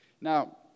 Now